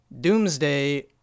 Doomsday